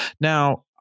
now